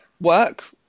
work